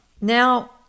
Now